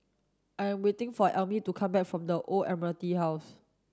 I am waiting for Elmire to come back from the Old Admiralty House